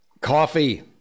coffee